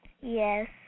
Yes